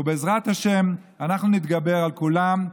ובעזרת השם אנחנו נתגבר על כולם,